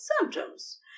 symptoms